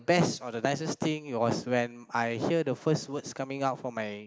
best or the nicest thing was when I hear the first words coming up for my